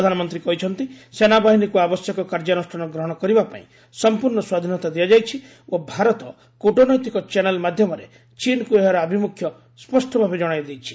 ପ୍ରଧାନମନ୍ତ୍ରୀ କହିଛନ୍ତି ସେନାବାହିନୀକୁ ଆବଶ୍ୟକ କାର୍ଯ୍ୟାନୁଷ୍ଠାନ ଗ୍ରହଣ କରିବା ପାଇଁ ସମ୍ପର୍ଶ୍ଣ ସ୍ୱାଧୀନତା ଦିଆଯାଇଛି ଓ ଭାରତ କ୍ରଟନୈତିକ ଚ୍ୟାନେଲ ମାଧ୍ୟମରେ ଚୀନ୍କୁ ଏହାର ଆଭିମୁଖ୍ୟ ସ୍ୱଷ୍ଟଭାବେ କଣାଇଦେଇଛି